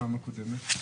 בפעם הקודמת?